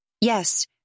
Yes